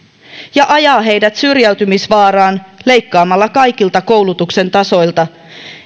ja ajaa heidät syrjäytymisvaaraan leikkaamalla kaikilta koulutuksen tasoilta